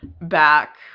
back